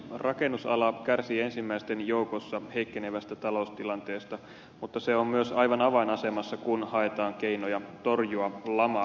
rakennusala kärsii ensimmäisten joukossa heikkenevästä taloustilanteesta mutta se on myös aivan avainasemassa kun haetaan keinoja torjua lamaa